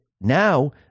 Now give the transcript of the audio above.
now